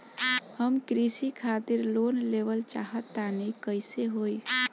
हम कृषि खातिर लोन लेवल चाहऽ तनि कइसे होई?